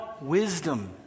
wisdom